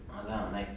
அதான்:athaan like